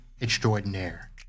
Extraordinaire